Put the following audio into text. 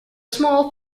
small